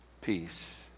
peace